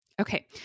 Okay